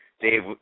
Dave